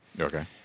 Okay